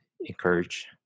encourage